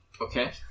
Okay